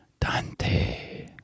Dante